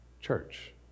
church